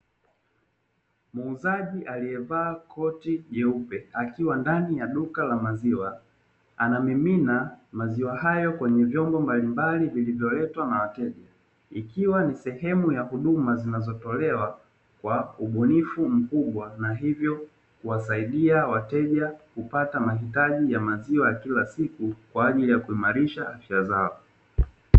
Muuzaji aliyevaa koti jeupe akiwa ndani ya duka la maziwa, anamimina maziwa hayo kwenye vyombo mbalimbali vilivyoletwa na wateja ikiwa ni sehemu ya huduma zinazotolewa kwa ubunifu mkubwa na hivyo kuwasaidia wateja kupata mahitaji ya maziwa ya kila siku kwa ajili ya kuimarisha afya zao.